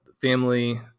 family